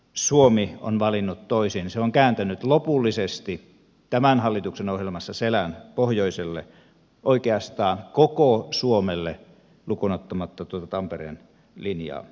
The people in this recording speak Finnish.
suomi on valinnut toisin se on kääntänyt lopullisesti tämän hallituksen ohjelmassa selän pohjoiselle oikeastaan koko suomelle lukuun ottamatta tuota tampereen linjaa